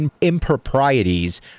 improprieties